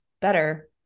better